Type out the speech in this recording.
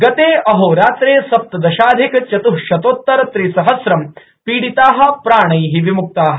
गते अहोरात्रे सप्तदशाधिक चतुःशतोतर त्रिसहस्रं पीडिता प्राणै विमुक्ता